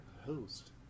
host